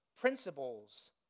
principles